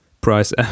price